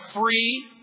free